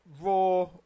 raw